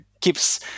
keeps